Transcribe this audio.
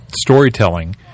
storytelling